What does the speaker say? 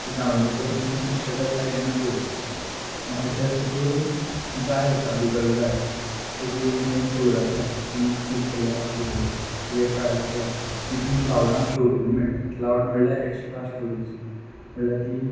ती डावनलोड कर आनी मागीर सुशेगाद जाय तेन्ना पय मागीर तशेंच तुका ड्रायव आसा गुगल ड्रायव सो तुका कितेंय स्टोर आसा ती क्लीक केले आसा फोटो तुगे फायल्स आसा ती तुका क्लावडा स्टोर करूंक मेयटा क्लावड म्हणल्यार एक्स्ट्रा स्टोरेज म्हणल्या ती